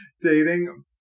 dating